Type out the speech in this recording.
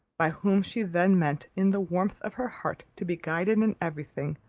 by whom she then meant in the warmth of her heart to be guided in every thing,